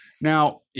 Now